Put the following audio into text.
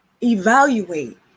evaluate